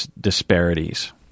disparities